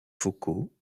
vocaux